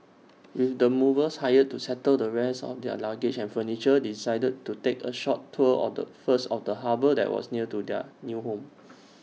with the movers hired to settle the rest of their luggage and furniture they decided to take A short tour of the first of the harbour that was near their new home